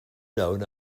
known